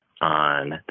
on